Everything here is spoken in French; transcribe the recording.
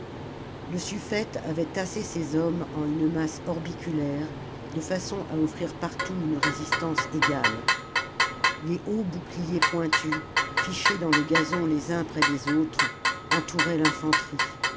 le suffète avait tassé ses hommes en une masse orbiculaire de façon à offrir partout une résistance égale les hauts boucliers pointus fichés dans le gazon les uns près des autres entouraient l'infanterie